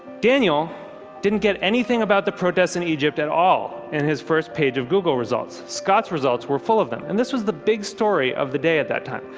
daniel didn't get anything about the protests in egypt at all in his first page of google results. scott's results were full of them. and this was the big story of the day at that time.